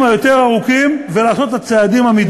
היותר-ארוכים ולעשות את הצעדים המתבקשים.